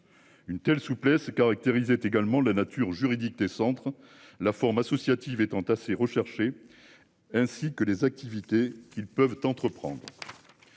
Une telle souplesse caractérisait également la nature juridique des centres la forme associative est assez recherché. Ainsi que les activités qu'ils peuvent entreprendre.